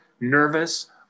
nervous